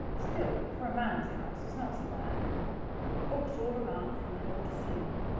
still, for a man's house, is not so bad books all around from floor to ceiling,